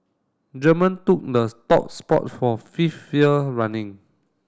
German took the stop spot for fifth year running